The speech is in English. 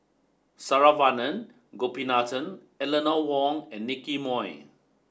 Saravanan Gopinathan Eleanor Wong and Nicky Moey